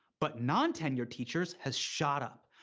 but non-tenured teachers has shot up.